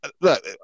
look